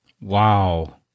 Wow